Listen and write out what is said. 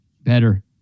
better